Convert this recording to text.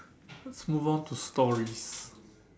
let's move on to stories